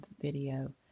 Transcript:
video